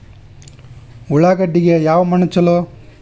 ಉಳ್ಳಾಗಡ್ಡಿಗೆ ಯಾವ ಮಣ್ಣು ಛಲೋ?